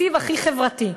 התקציב הכי חברתי.